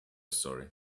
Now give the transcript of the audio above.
story